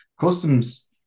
Customs